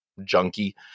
junky